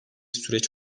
süreç